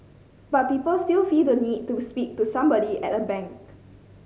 but people still feel the need to speak to somebody at a bank